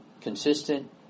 consistent